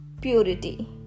purity